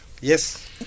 Yes